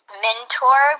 mentor